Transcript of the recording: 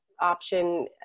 option